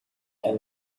and